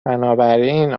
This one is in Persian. بنابراین